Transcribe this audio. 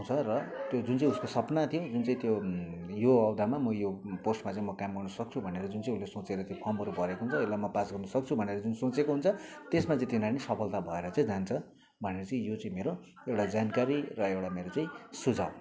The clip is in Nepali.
आउँछ र त्यो जुन चाहिँ उसको सपना थियो जुन चाहिँ त्यो यो ओहदामा म यो पोस्टमा चाहिँ म काम गर्नु सक्छु भनेर जुन चाहिँ उसले त्यो सोचेर त्यो फर्महरू भरेको हुन्छ यसलाई म पास गर्नु सक्छु भनेर जुन चाहिँ सोचेको हुन्छ त्यसमा चाहिँ त्यो नानी सफलता भएर चाहिँ जान्छ भनेर चाहिँ यो चाहिँ मेरो एउटा जानकारी र एउटा मेरो चाहिँ सुझाव